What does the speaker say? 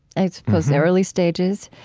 i suppose the early stages,